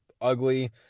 ugly